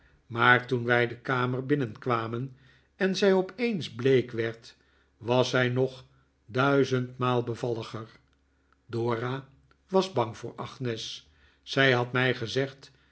maar toen wij de kamer binnenkwamen en zij opeens bleek werd was zij nog duizendmaal bevalliger dora was bang voor agnes zij had mij gezegd